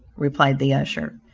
replied the usher.